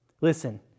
Listen